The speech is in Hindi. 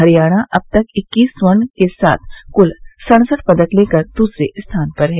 हरियाणा अब तक इक्कीस स्वर्ण के साथ कुल सड़सठ पदक लेकर दूसरे स्थान पर है